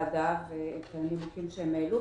לוועדה ואת הנימוקים שהן העלו,